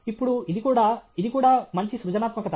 ఇప్పుడు ఇది కూడా ఇది కూడా మంచి సృజనాత్మకత